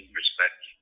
respect